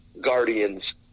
Guardians